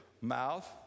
mouth